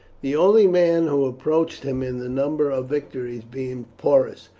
the only man who approached him in the number of victories being porus,